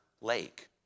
lake